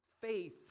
faith